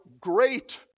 great